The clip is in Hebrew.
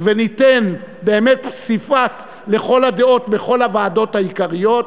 וניתן באמת פסיפס לכל הדעות בכל הוועדות העיקריות.